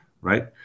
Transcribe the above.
Right